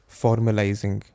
formalizing